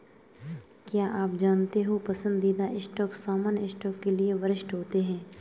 क्या आप जानते हो पसंदीदा स्टॉक सामान्य स्टॉक के लिए वरिष्ठ होते हैं?